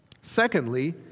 Secondly